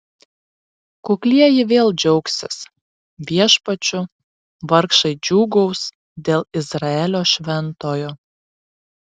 kuklieji vėl džiaugsis viešpačiu vargšai džiūgaus dėl izraelio šventojo